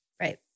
Right